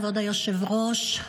כבוד היושב-ראש,